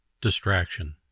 Distraction